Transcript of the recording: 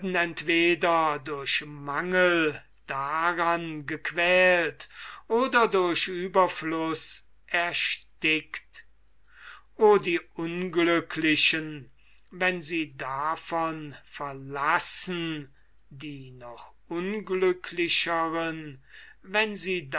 entweder durch mangel daran gequält oder durch ueberfluß erstickt o die unglücklichen wenn sie davon verlassen die noch unglücklicheren wenn sie